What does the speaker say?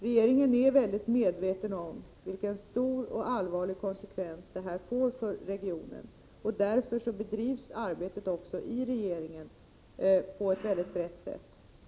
Regeringen är mycket medveten om vilka stora och allvarliga konsekvenser detta får för regionen. Därför bedrivs också arbetet i regeringen på ett mycket brett sätt.